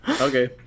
Okay